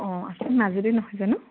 অঁ আছে মাজুলী নহয় জানো